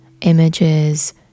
images